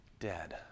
dead